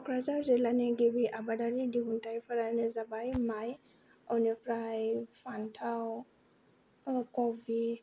क'क्राझार जिल्लानि गिबि आबादारि दिहुनथायफोरानो जाबाय माइ बेनिफ्राय फान्थाव कबि